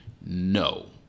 No